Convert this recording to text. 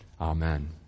Amen